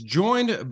joined